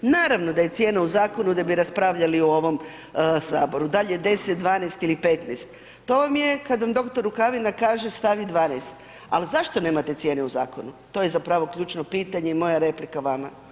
Naravno da je cijena u zakonu da bi raspravljali u ovom Saboru, dal je 10, 12 ili 15, to je kad vam dr. Rukavina kaže stavi 12, al zašto nema te cijene u zakonu, to je zapravo ključno pitanje i moja replika vama.